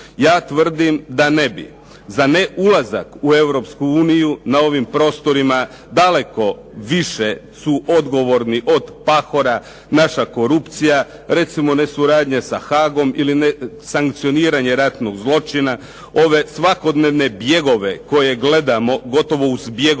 Ja tvrdim da ne bi. Za ne ulazak u Europsku uniju na ovim prostorima daleko više su odgovorni od Pahora naša korupcija, recimo nesuradnja sa Haagom, ili …/Govornik se ne razumije./… sankcioniranje ratnog zločina, ove svakodnevne bjegove koje gledamo gotovo u zbjegovima